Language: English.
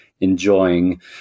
enjoying